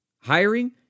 hiring